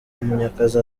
munyakazi